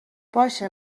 باشه